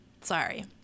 Sorry